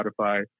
Spotify